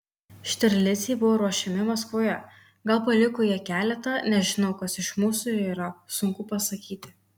štirlicai buvo ruošiami maskvoje gal paliko jie keletą nežinau kas iš mūsų yra sunku pasakyti